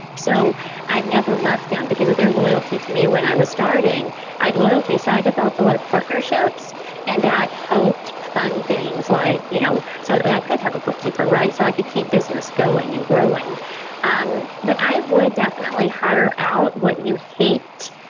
so i've never left them because of their loyalty to me when i was starting i had loyalty so i developed a lot of partnerships and that helped fund things like, you know so and i could have a bookkeeper, so i could keep business going and growing um but i would definitely hire out what you hate,